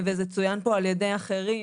צוין פה על ידי אחרים,